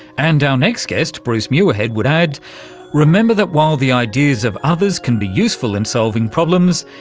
and our next guest bruce muirhead would add remember that while the ideas of others can be useful in solving problems,